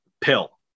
pill